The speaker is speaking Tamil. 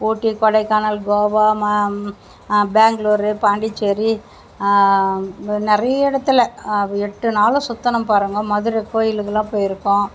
ஊட்டி கொடைக்கானல் கோவா பெங்களூரு பாண்டிசேரி வந்து நிறைய இடத்துல எட்டுநாள் அவ்வளோ சுற்றினோம் பாருங்கள் மதுரை கோவிலுக்கெல்லாம் போய்ருக்கோம்